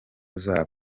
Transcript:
zabo